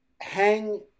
hang